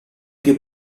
più